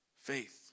faith